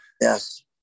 Yes